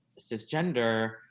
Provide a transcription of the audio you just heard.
cisgender